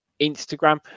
instagram